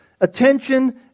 attention